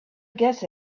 guess